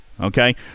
Okay